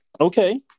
Okay